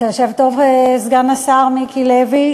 אתה יושב טוב, סגן השר מיקי לוי?